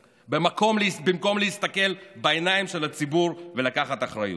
במקום להסתכל בעיניים של הציבור ולקחת אחריות.